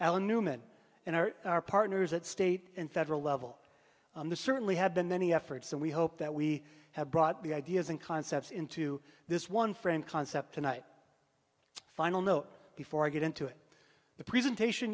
alan newman and our partners at state and federal level the certainly have been many efforts and we hope that we have brought the ideas and concepts into this one friend concept tonight final note before i get into it the presentation